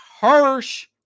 Hirsch